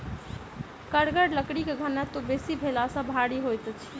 कड़गर लकड़ीक घनत्व बेसी भेला सॅ भारी होइत अछि